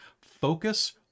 focus